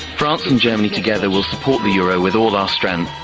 france and germany together will support the euro with all our strength.